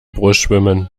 brustschwimmen